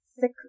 thick